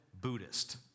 Buddhist